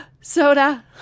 soda